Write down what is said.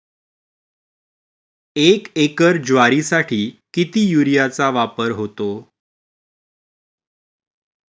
एक एकर ज्वारीसाठी किती युरियाचा वापर होतो?